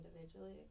individually